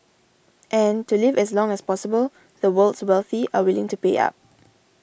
and to live as long as possible the world's wealthy are willing to pay up